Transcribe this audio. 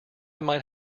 might